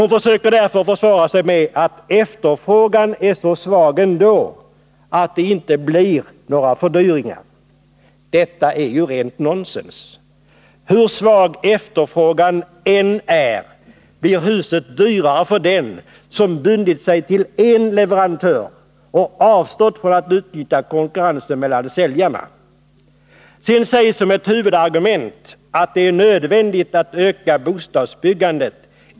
Hon försöker därför försvara sig med att efterfrågan är så svag ändå att det inte blir några fördyringar. Detta är rent nonsens. Hur svag efterfrågan än är blir huset dyrare för den som bundit sig till en leverantör och avstått från att utnyttja konkurrensen mellan säljarna. Sedan sägs som ett huvudargument att det är nödvändigt att öka bostadsbyggandet.